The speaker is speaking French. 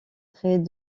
traits